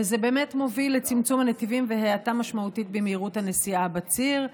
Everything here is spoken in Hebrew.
וזה באמת מוביל לצמצום הנתיבים והאטה משמעותית במהירות הנסיעה בציר,